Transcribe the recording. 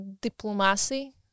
diplomacy